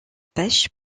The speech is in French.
pêche